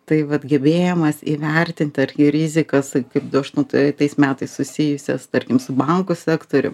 tai vat gebėjimas įvertint ir rizikas kaip du aštuntais metais susijusias tarkim su bankų sektorium